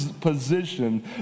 position